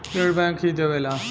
ऋण बैंक ही देवेला